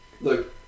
look